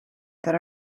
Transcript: that